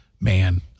man